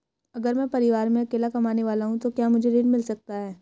अगर मैं परिवार में अकेला कमाने वाला हूँ तो क्या मुझे ऋण मिल सकता है?